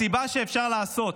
הסיבה שאפשר לעשות